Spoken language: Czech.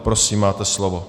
Prosím, máte slovo.